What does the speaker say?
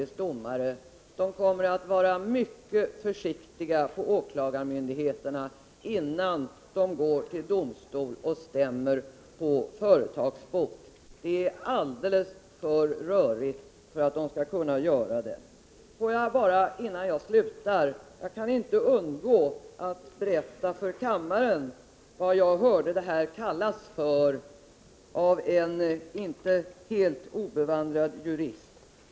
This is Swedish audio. Man kommer på åklagarmyndigheterna att vara mycket försiktig med att gå till domstol i mål som kan leda till företagsbot. Det är alldeles för rörigt på det området för att de skall kunna göra det. Jag kan inte heller underlåta att berätta för kammarens ledamöter vad jag hört det här förslaget kallas av en inte helt obevandrad jurist.